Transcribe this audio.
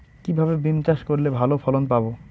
কিভাবে বিম চাষ করলে ভালো ফলন পাব?